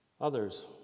Others